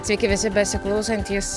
sveiki visi besiklausantys